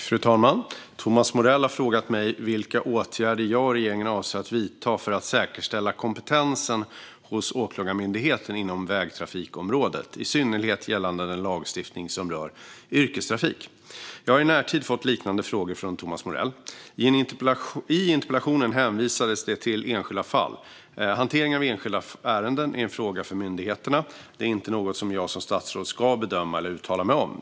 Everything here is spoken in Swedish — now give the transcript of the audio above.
Fru talman! har frågat mig vilka åtgärder jag och regeringen avser att vidta för att säkerställa kompetensen hos Åklagarmyndigheten inom vägtrafikområdet, i synnerhet gällande den lagstiftning som rör yrkestrafik. Jag har i närtid fått liknande frågor från Thomas Morell. I interpellationen hänvisas det till enskilda fall. Hanteringen av enskilda ärenden är en fråga för myndigheterna. Den är inte något som jag som statsråd ska bedöma eller uttala mig om.